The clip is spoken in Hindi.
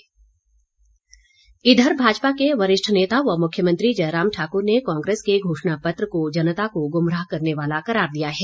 प्रतिक्रिया इधर भाजपा के वरिष्ठ नेता व मुख्यमंत्री जयराम ठाकुर ने कांग्रेस के घोषणा पत्र को जनता को गुमराह करने वाला करार दिया है